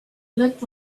looked